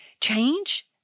change